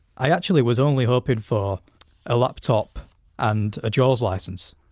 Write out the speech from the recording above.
i actually was only hoping for a laptop and a jaws licence,